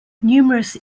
numerous